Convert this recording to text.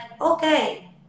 okay